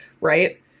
right